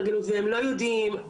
לא הבינו נכון,